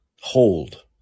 hold